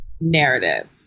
narrative